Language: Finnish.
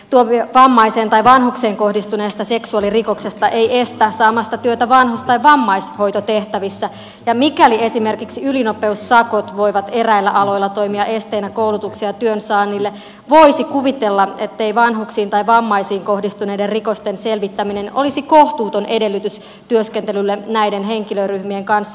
tuomio vammaiseen tai vanhukseen kohdistuneesta seksuaalirikoksesta ei estä saamasta työtä vanhus tai vammaishoitotehtävissä ja mikäli esimerkiksi ylinopeussakot voivat eräillä aloilla toimia esteenä koulutukselle ja työnsaannille voisi kuvitella ettei vanhuksiin tai vammaisiin kohdistuneiden rikosten selvittäminen olisi kohtuuton edellytys työskentelylle näiden henkilöryhmien kanssa